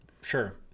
Sure